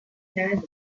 had